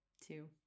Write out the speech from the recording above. two